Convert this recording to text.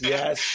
Yes